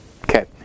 Okay